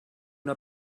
una